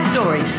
story